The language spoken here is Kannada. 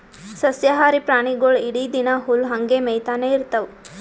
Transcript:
ಸಸ್ಯಾಹಾರಿ ಪ್ರಾಣಿಗೊಳ್ ಇಡೀ ದಿನಾ ಹುಲ್ಲ್ ಹಂಗೆ ಮೇಯ್ತಾನೆ ಇರ್ತವ್